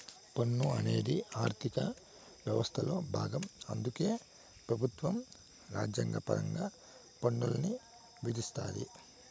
పన్ను అనేది ఆర్థిక యవస్థలో బాగం అందుకే పెబుత్వం రాజ్యాంగపరంగా పన్నుల్ని విధిస్తాది